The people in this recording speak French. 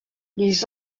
les